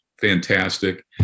fantastic